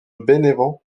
bénévent